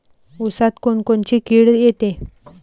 ऊसात कोनकोनची किड येते?